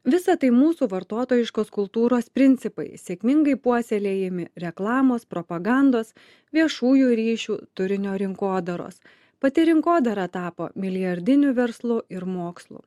visa tai mūsų vartotojiškos kultūros principai sėkmingai puoselėjami reklamos propagandos viešųjų ryšių turinio rinkodaros pati rinkodara tapo milijardiniu verslu ir mokslu